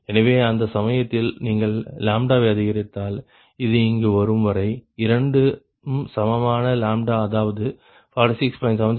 எனவே அந்த சமயத்தில் நீங்கள் வை அதிகரித்தால் இது இங்கு வரும் வரை இரண்டும் சமமான அதாவது 46